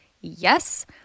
yes